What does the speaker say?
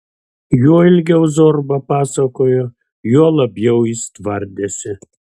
juo ilgiau zorba pasakojo juo labiau jis tvardėsi